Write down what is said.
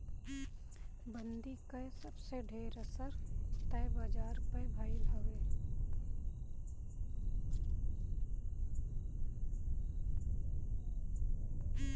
बंदी कअ सबसे ढेर असर तअ बाजार पअ भईल हवे